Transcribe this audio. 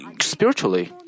spiritually